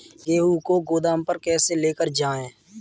गेहूँ को गोदाम पर कैसे लेकर जाएँ?